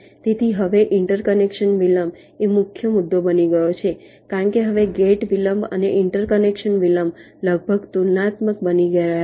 તેથી હવે ઇન્ટરકનેક્શન વિલંબ એ મુખ્ય મુદ્દો બની ગયો છે કારણ કે હવે ગેટ વિલંબ અને ઇન્ટરકનેક્શન વિલંબ લગભગ તુલનાત્મક બની રહ્યા છે